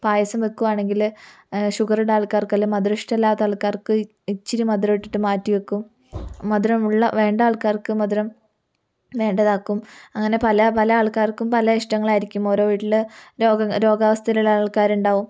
പായസം വെക്കുകയാണെങ്കിൽ ഷുഗറുള്ള ആൾക്കാർക്കെല്ലാം മധുരം ഇഷ്ടമല്ലാത്ത ആൾക്കാർക്ക് ഇച്ചിരി മധുരം ഇട്ടിട്ട് മാറ്റി വെക്കും മധുരമുള്ള വേണ്ട ആൾക്കാർക്ക് മധുരം വേണ്ടതാക്കും അങ്ങനെ പല പല ആൾക്കാർക്കും പല ഇഷ്ടങ്ങളായിരിക്കും ഓരോ വീട്ടിൽ രോഗം രോഗാവസ്ഥയിലുള്ള ആൾക്കാരുണ്ടാവും